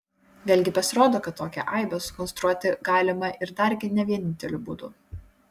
vėlgi pasirodo kad tokią aibę sukonstruoti galima ir dargi ne vieninteliu būdu